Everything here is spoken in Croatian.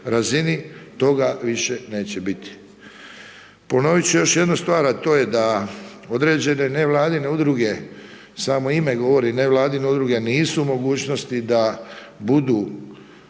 razini, toga više neće biti. Ponovit ću još jednu stvar a to je da određene nevladine udruge samo ime govori, nevladine nisu u mogućnosti da budu